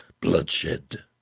bloodshed